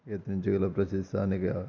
యత్నించగల పసిద్ద స్థానిక